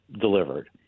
delivered